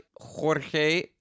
Jorge